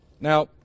Now